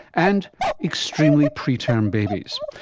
and extremely preterm babies.